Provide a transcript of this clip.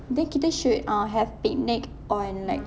then kita should uh have picnic on like